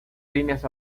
líneas